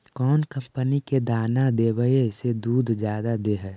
कौन कंपनी के दाना देबए से दुध जादा दे है?